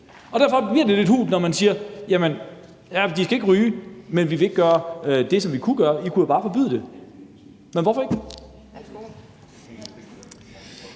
Derfor bliver det lidt hult, når man siger, at de ikke skal ryge, men at man ikke vil gøre det, som man kunne gøre. I kunne jo bare forbyde det. Men hvorfor ikke?